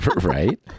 Right